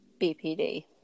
BPD